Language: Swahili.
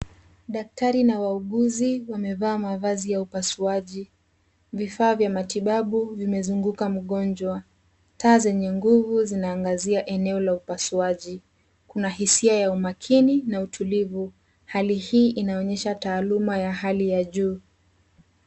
Daktari na wauguzi wamevaa mavazi ya upasuaji. Vifaa vya matibabu vimezunguka mgonjwa. Taa zenye nguvu zinaangazia eneo la upasuaji. Kuna hisia ya umakini na utulivu. Hali hii inaonyesha taaluma ya hali ya juu.